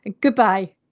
Goodbye